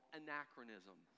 anachronism